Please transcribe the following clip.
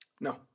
No